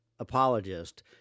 apologist